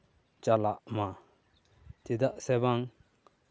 ᱪᱟᱞᱟᱜ ᱢᱟ ᱪᱮᱫᱟᱜ ᱥᱮ ᱵᱟᱝ